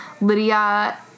Lydia